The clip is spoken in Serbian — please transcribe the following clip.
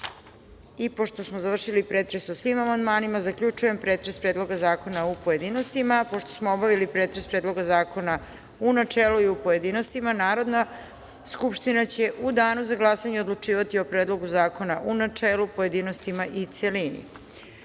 Hvala. Pošto smo završili pretres o svim amandmanima, zaključujem pretres Predloga zakona u pojedinostima. Pošto smo obavili pretres Predloga zakona u načelu i u pojedinostima, Narodna skupština će u danu za glasanje odlučivati o Predlogu zakona u načelu, pojedinostima i